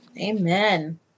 Amen